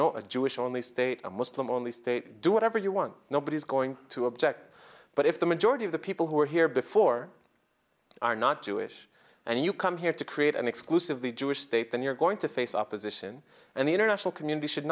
know a jewish only state a muslim only state do whatever you want nobody's going to object but if the majority of the people who are here before are not jewish and you come here to create an exclusively jewish state then you're going to face opposition and the international community should